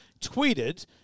tweeted